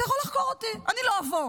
אתה יכול לחקור אותי, אני לא אבוא.